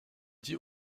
dit